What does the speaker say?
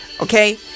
okay